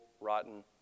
rotten